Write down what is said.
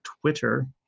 Twitter